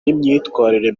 n’imyitwarire